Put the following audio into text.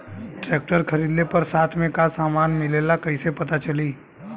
Tractor खरीदले पर साथ में का समान मिलेला कईसे पता चली?